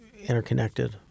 interconnected